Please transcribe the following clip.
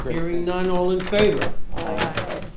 hearing none? all in favor? aye!